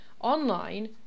online